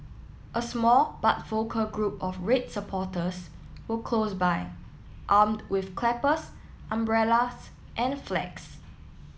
a small but vocal group of red supporters were close by armed with clappers umbrellas and flags